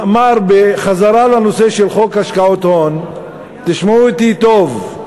בחזרה לנושא של חוק השקעות הון, תשמעו אותי טוב,